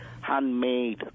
handmade